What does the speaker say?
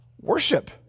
Worship